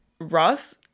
Ross